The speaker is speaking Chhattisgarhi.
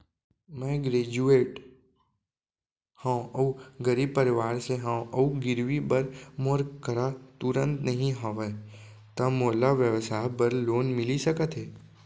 मैं ग्रेजुएट हव अऊ गरीब परवार से हव अऊ गिरवी बर मोर करा तुरंत नहीं हवय त मोला व्यवसाय बर लोन मिलिस सकथे?